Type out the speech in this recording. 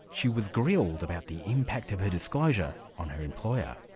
she was grilled about the impact of her disclosure on her employer.